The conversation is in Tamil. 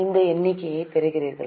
இந்த எண்ணிக்கையைப் பெறுகிறீர்களா